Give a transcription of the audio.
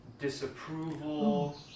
disapproval